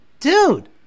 Dude